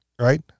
right